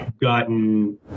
gotten